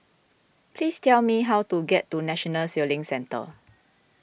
please tell me how to get to National Sailing Centre